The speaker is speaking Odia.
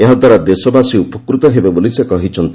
ଏହାଦ୍ୱାରା ଦେଶବାସୀ ଉପକୃତ ହେବେ ବୋଲି ସେ କହିଛନ୍ତି